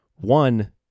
One